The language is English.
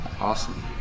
Awesome